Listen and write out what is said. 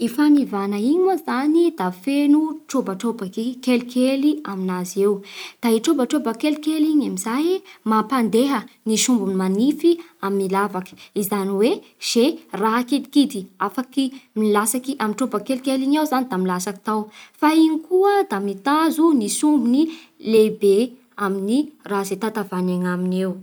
I fanivàna igny moa zany da feno trôbatrôbaky e kelikely amignazy eo. Da i trôbatrôbaky kelikely igny amin'izay mampandeha ny sombiny manify amin'ny lavaky. Izany hoe izay raha kidikidy afaky milatsaky amy trôba kelikely igny ao da milatsaky tao. Fa igny koa da mitazo ny sombiny lehibe amin'ny raha izay tatavanigna aminy eo.